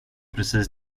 precis